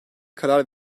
karar